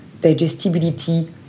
digestibility